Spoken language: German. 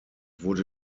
wurde